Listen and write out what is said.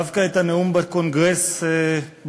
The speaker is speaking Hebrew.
דווקא את הנאום בקונגרס בחרת?